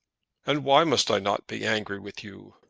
and why must i not be angry with you?